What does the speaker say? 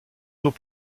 tôt